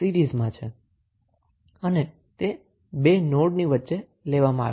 અને તે બે નોડ ની વચ્ચે લેવામાં આવેલ છે